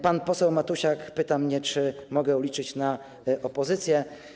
Pan poseł Matusiak pyta mnie, czy mogę liczyć na opozycję.